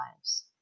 lives